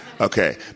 Okay